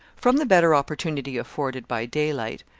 from the better opportunity afforded by daylight,